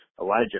Elijah